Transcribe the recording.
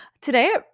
Today